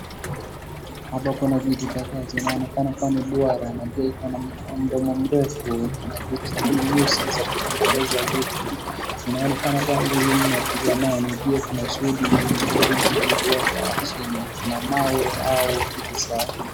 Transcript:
Hapa kuna vitu kadhaa zinaonekana kuwa ni duara na pia iko na mdomo mrefu kuna vitu zingine nyeusi za kutengeneza vitu, zinaonekana kuwa ni vitu za zamani pia kuna shughuli imewekwa chini kuna mawe au vitu za.